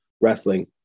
wrestling